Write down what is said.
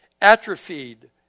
atrophied